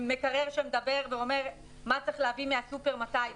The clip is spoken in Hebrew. מקרר שמדבר ואומר מה צריך להביא מהסופר ומתי.